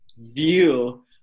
view